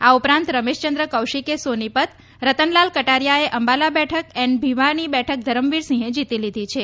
આ ઉપરાંત રમેશચંદ્ર કૌશિકે સોનીપત રતનલાલ કટારીયાએ અંબાલા બેઠક એન ભીવાની બેઠક ધરમવીરસિંહે જીતી છે